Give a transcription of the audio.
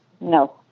No